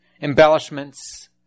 embellishments